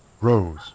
Rose